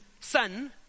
son